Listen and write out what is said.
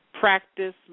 practice